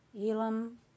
Elam